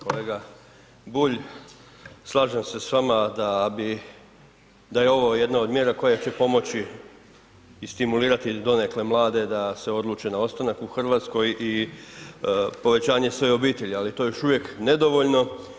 Kolega Bulj, slažem se s vama, ali da je ovo jedna od mjera koja će pomoći i stimulirati donekle mlade da se odluče na ostanak u Hrvatskoj i na povećanje svoje obitelji, ali to je još uvijek nedovoljno.